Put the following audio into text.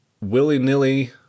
willy-nilly